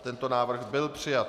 Tento návrh byl přijat.